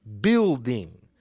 building